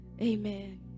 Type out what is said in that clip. amen